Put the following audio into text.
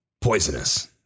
poisonous